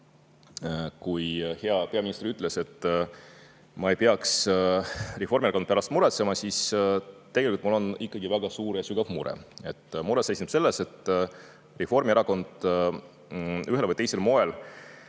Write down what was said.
kui hea peaminister ütles, et ma ei peaks Reformierakonna pärast muretsema, siis tegelikult mul on ikkagi väga suur ja sügav mure. Mure seisneb selles, et Reformierakond ühel või teisel moel